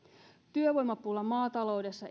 työvoimapula maataloudessa